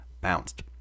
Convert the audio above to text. bounced